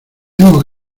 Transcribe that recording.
tengo